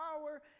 power